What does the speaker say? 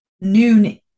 noon